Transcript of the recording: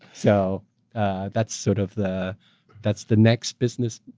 so that's sort of the that's the next business.